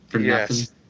yes